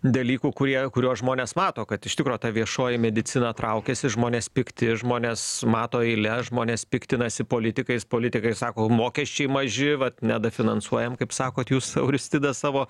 dalykų kurie kuriuos žmonės mato kad iš tikro ta viešoji medicina traukiasi žmonės pikti žmonės mato eiles žmonės piktinasi politikais politikai sako mokesčiai maži vat nedafinansuojam kaip sakot jūs auristida savo